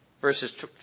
Verses